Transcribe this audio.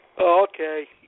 Okay